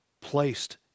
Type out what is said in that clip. placed